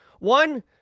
One